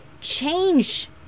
change